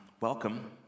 welcome